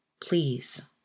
Please